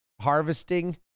harvesting